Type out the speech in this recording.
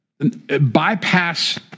bypass